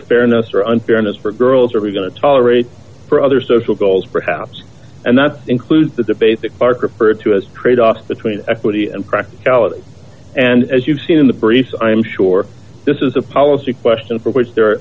fairness or unfairness for girls are we going to tolerate for other social goals perhaps and that includes the debate the park referred to as a tradeoff between equity and practicality and as you've seen in the briefs i'm sure this is a policy question for which there are